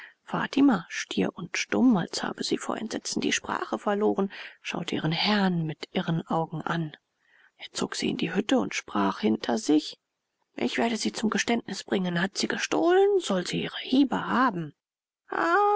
fatima stier und stumm als habe sie vor entsetzen die sprache verloren schaute ihren herrn mit irren augen an er zog sie in die hütte und sprach hinter sich ich werde sie zum geständnis bringen hat sie gestohlen soll sie ihre hiebe haben